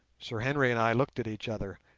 sir henry and i looked at each other.